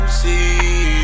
see